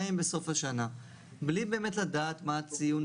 רצופות מייצר פעילות שהיא נמוכה מהרצפה,